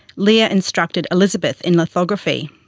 lear instructed elizabeth in lithography.